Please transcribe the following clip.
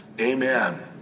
Amen